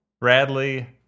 Bradley